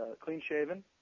clean-shaven